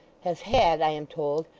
has had, i am told,